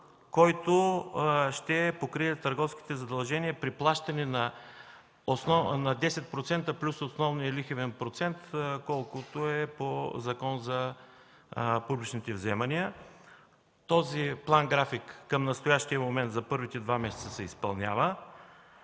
който ще покрие търговските задължения при плащане на 10% плюс основния лихвен процент, колкото е по Закона за публичните вземания. Този план-график към настоящия момент за първите два месеца се изпълнява.